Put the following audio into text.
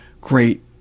great